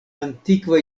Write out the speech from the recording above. antikva